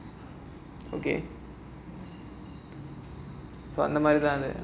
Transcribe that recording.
okay so அந்த மாதிரி தான்:andha maadhiri thaan